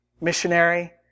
missionary